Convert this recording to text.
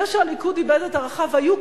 זה שהליכוד איבד את ערכיו,